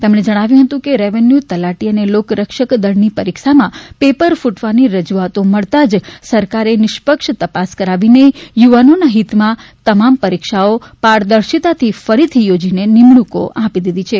તેમણે જણાવ્યું હતું કે રેવેન્યુ તલાટી અને લોકરક્ષક દળની પરીક્ષામાં પેપર ફૂટવાની રજૂઆતો મળતા જ સરકારે નિષ્પક્ષ તપાસ કરાવીને યુવાનોના હિતમાં તમામ પરીક્ષાઓ પારદર્શિતાથી ફરીથી યોજીને નિમણૂંકો આપી દીધી છે